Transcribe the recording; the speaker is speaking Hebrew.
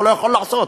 הוא לא יכול לעשות.